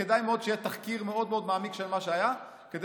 כדאי מאוד שיהיה תחקיר מאוד מאוד מעמיק של מה שהיה כדי